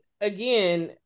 again